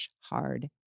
hard